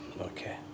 Okay